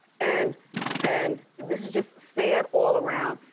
and and this is just sad all around.